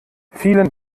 vielen